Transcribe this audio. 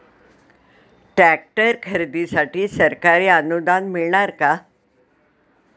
Tractor खरेदीसाठी सरकारी अनुदान मिळणार का?